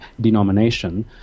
denomination